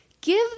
Give